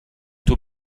tuo